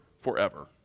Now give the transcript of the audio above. forever